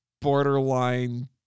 borderline